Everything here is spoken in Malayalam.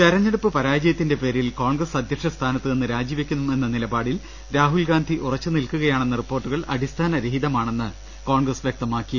തെരഞ്ഞെടുപ്പ് പരാജയത്തിന്റെ പേരിൽ കോൺഗ്രസ് അധൃക്ഷ സ്ഥാനത്ത് നിന്ന് രാജി വെക്കുമെന്ന നിലപാടിൽ രാഹുൽ ഗാന്ധി ഉറച്ചു നിൽക്കുകയാണെന്ന റിപ്പോർട്ടുകൾ അടിസ്ഥാന രഹിതമാ ണെന്ന് കോൺഗ്രസ് വൃക്തമാക്കി